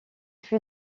fut